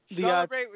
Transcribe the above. celebrate